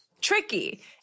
tricky